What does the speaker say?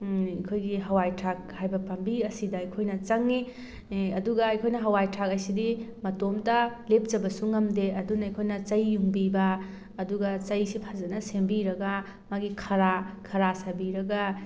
ꯑꯩꯈꯣꯏꯒꯤ ꯍꯋꯥꯏ ꯊꯔꯥꯛ ꯍꯥꯏꯕ ꯄꯥꯝꯕꯤ ꯑꯁꯤꯗ ꯑꯩꯈꯣꯏꯅ ꯆꯪꯉꯤ ꯑꯗꯨꯒ ꯑꯩꯈꯣꯏꯅ ꯍꯋꯥꯏ ꯊꯔꯥꯛ ꯑꯁꯤꯗꯤ ꯃꯇꯣꯝꯇ ꯂꯦꯞꯆꯕꯁꯨ ꯉꯝꯗꯦ ꯑꯗꯨꯅ ꯑꯩꯈꯣꯏꯅ ꯆꯩ ꯌꯨꯡꯕꯤꯕ ꯑꯗꯨꯒ ꯆꯩꯁꯦ ꯐꯖꯅ ꯁꯦꯝꯕꯤꯔꯒ ꯃꯥꯒꯤ ꯈꯔꯥ ꯈꯔꯥ ꯁꯥꯕꯤꯔꯒ